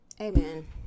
Amen